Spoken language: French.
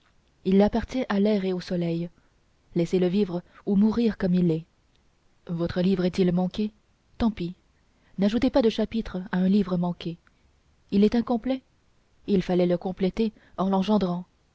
il appartient à l'air et au soleil laissez-le vivre ou mourir comme il est votre livre est-il manqué tant pis n'ajoutez pas de chapitres à un livre manqué il est incomplet il fallait le compléter en l'engendrant